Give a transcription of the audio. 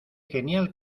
genial